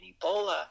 Ebola